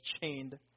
chained